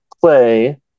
play